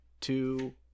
two